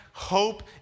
hope